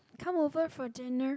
come over for dinner